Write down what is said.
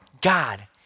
God